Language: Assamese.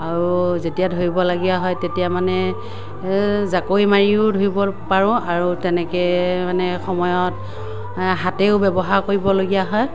আৰু যেতিয়া ধৰিবলগীয়া হয় তেতিয়া মানে জাকৈ মাৰিও ধৰিব পাৰোঁ আৰু তেনেকৈ মানে সময়ত হাতেৰেও ব্যৱহাৰ কৰিবলগীয়া হয়